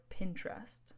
Pinterest